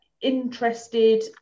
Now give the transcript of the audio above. interested